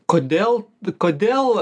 kodėl kodėl